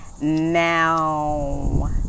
Now